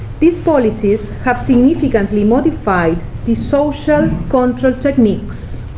these policies have significantly modified the social control techniques,